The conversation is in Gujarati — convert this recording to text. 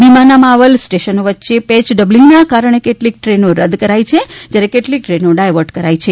ભીમાના માવલ સ્ટેશનો વચ્ચે પેચ ડંબલિંગના કારણે કેટલીક ટ્રેનો રદ કરાઈ છે અને કેટલીક ટ્રેનો ડાયવર્ટ કરાઈ છે